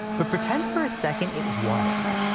but pretend for a second it was.